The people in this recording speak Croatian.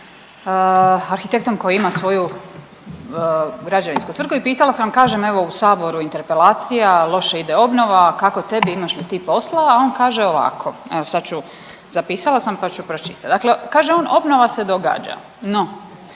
arhitektom koji ima svoju građevinsku tvrtku i pitala sam, kažem evo u Saboru interpelacija, loše ide obnova, kako tebi, imaš li ti posla, a on kaže ovako, evo sad ću, zapisala sam pa ću pročitati. Dakle kaže on, obnova se događa, no,